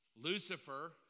Lucifer